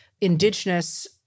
indigenous